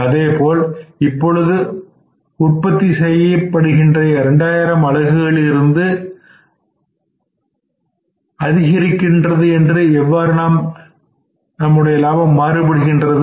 அதேபோல் இப்பொழுது இப்பொழுது உற்பத்தி செய்யப்படுகின்ற 2000 அலகுகளில் இருந்து அதிகரிக்கின்றது எவ்வாறு நம்முடைய லாபம் மாறுபடுகின்றது